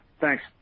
thanks